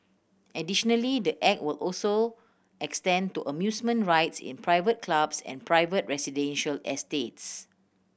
additionally the Act will also extend to amusement rides in private clubs and private residential estates